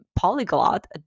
polyglot